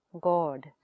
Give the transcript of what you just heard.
God